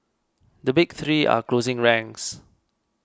the big three are closing ranks